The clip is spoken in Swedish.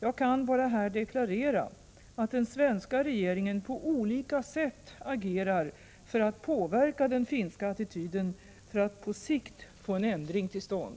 Jag kan bara här deklarera att den svenska regeringen på olika sätt agerar för att påverka den finska attityden för att på sikt få en ändring till stånd.